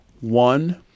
One